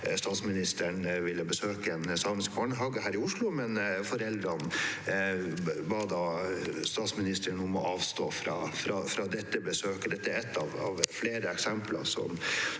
statsministeren ville besøke en samisk barnehage her i Oslo, og foreldrene ba statsministeren om å avstå fra dette besøket.